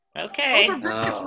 Okay